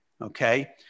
okay